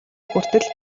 хүртэл